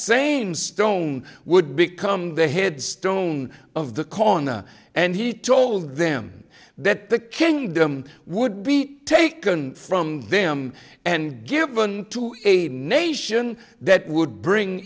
same stone would become the head stone of the qana and he told them that the kingdom would be taken from them and given to a nation that would bring